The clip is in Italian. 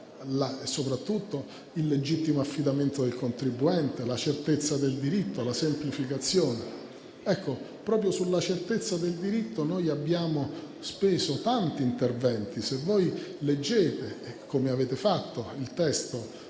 soprattutto al legittimo affidamento del contribuente, alla certezza del diritto e alla semplificazione. Proprio sulla certezza del diritto noi abbiamo speso tanti interventi. Se voi leggete, come avrete fatto, il testo